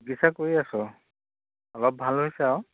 চিকিৎসা কৰি আছোঁ অলপ ভাল হৈছে আৰু